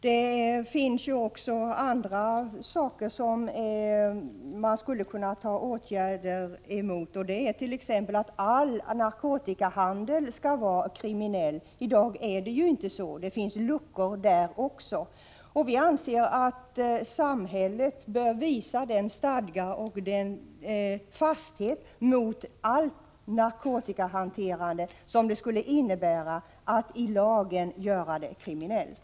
Det finns också andra åtgärder som man skulle kunna vidta; vi menar t.ex. att all narkotikahandel skall vara kriminell. I dag är det inte så — det finns luckor i lagen också på den punkten. Vi anser att samhället bör visa den stadga och den fasthet mot allt narkotikahanterande som det skulle innebära att i lagen göra det kriminellt.